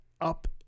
up